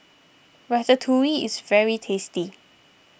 Ratatouille is very tasty